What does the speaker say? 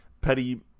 petty